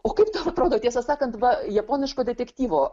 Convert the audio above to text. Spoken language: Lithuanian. o kaip atrodo tiesą sakant va japoniško detektyvo